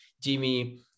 Jimmy